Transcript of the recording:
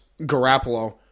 Garoppolo